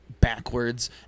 backwards